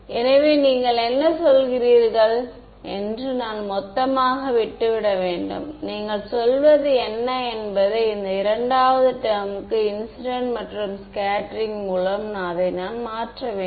எனவே நீங்கள் என்ன சொல்கிறீர்கள் என்று நான் மொத்தமாக விட்டுவிட வேண்டும் நீங்கள் சொல்வது என்ன என்பதை இந்த இரண்டாவது டெர்ம்க்கு இன்சிடென்ட் மற்றும் ஸ்கேட்டெரிங் மூலம் அதை நான் மாற்ற வேண்டும்